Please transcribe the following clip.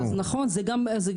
אז נכון, זו גם אופציה.